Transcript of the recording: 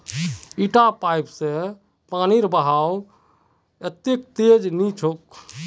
इटा पाइप स पानीर बहाव वत्ते तेज नइ छोक